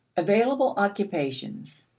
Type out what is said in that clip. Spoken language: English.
available occupations.